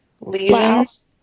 lesions